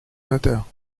notaire